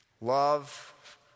Love